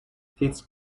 fits